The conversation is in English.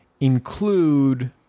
include